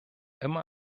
immer